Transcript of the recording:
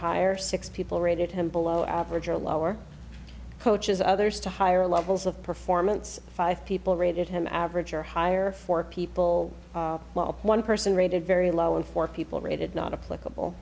higher six people rated him below average or lower coaches others to higher levels of performance five people rated him average or higher for people one person rated very low and for people rated not a